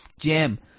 gem